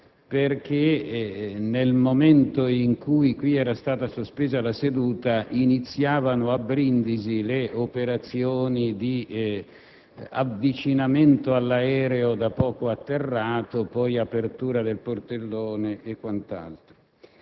perché, nel momento in cui in Senato era stata sospesa la seduta, iniziavano a Brindisi le operazioni di avvicinamento all'aereo da poco atterrato e, successivamente, di apertura del portellone e quant'altro.